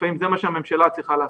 לפעמים זה מה שהממשלה צריכה לעשות,